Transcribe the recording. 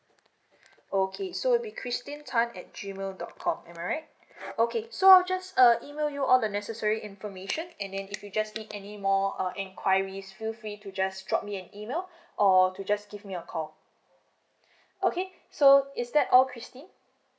okay so it'll be christine tan at G mail dot com am I right okay so I'll just uh email you all the necessary information and then if you just need any more uh enquiries feel free to just drop me an email or you just give me a call okay so is that all christine